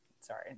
sorry